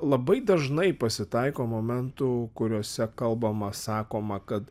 labai dažnai pasitaiko momentų kuriuose kalbama sakoma kad